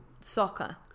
Soccer